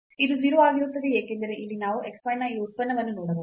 ಇದು 0 ಆಗಿರುತ್ತದೆ ಏಕೆಂದರೆ ಇಲ್ಲಿ ನಾವು x y ನ ಈ ಉತ್ಪನ್ನವನ್ನು ನೋಡಬಹುದು